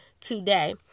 today